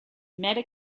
meta